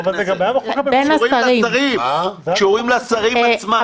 קשורים לשרים עצמם.